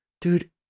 Dude